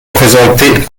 présenter